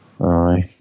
Aye